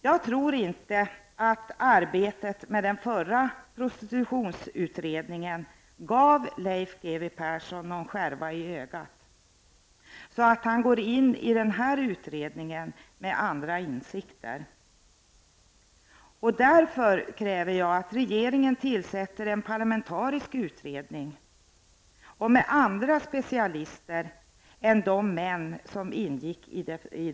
Jag tror inte att arbetet med den förra prosititutionsutredningen gav Leif G W Persson någon skärva i ögat så att han går in i den här utredningen med andra insikter. Jag kräver därför att regeringen tillsätter en parlamentarisk utredning med andra specialister än de män som ingick i den förra.